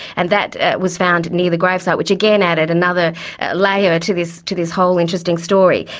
and that was found near the grave site, which again added another layer to this to this whole interesting story.